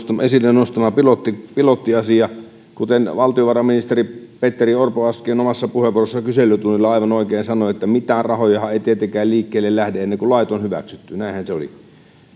esille nostama pilottiasia kuten valtiovarainministeri petteri orpo äsken omassa puheenvuorossaan kyselytunnilla aivan oikein sanoi mitään rahojahan ei tietenkään liikkeelle lähde ennen kuin lait on hyväksytty näinhän se oli